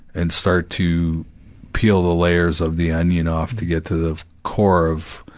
and start to peel the layers of the onion off to get to the core of,